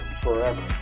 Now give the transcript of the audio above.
forever